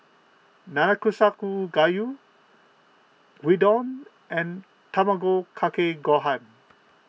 Nanakusa Gayu Gyudon and Tamago Kake Gohan